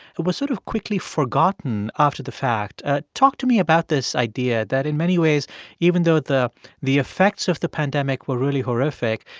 was sort of quickly forgotten after the fact. ah talk to me about this idea, that in many ways even though the the effects of the pandemic were really horrific,